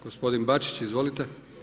Gospodin Bačić, izvolite.